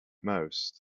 most